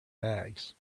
bags